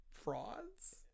frauds